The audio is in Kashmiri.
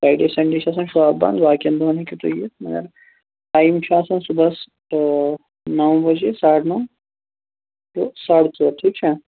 فرٛایڈے سَنٛڈے چھِ آسان شاپ بنٛد باقین دۅہن ہیٚکِو تُہۍ یِتھ مَگر ٹایم چھُ آسان صُبحس نَو بجے ساڑٕ نَو ٹُو ساڑٕ ژور ٹھیٖک چھا